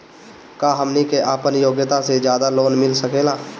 का हमनी के आपन योग्यता से ज्यादा लोन मिल सकेला?